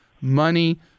money